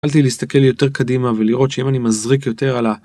התחלתי תסתכל יותר קדימה ולראות שאם אני מזריק יותר על ה...